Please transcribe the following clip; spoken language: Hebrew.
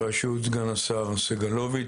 בראשות סגן השר סגלוביץ'.